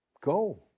Go